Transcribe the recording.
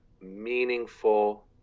meaningful